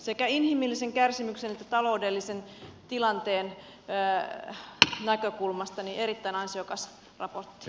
sekä inhimillisen kärsimyksen että taloudellisen tilanteen näkökulmasta erittäin ansiokas raportti